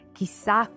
Chissà